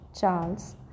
Charles